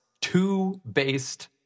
two-based